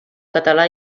català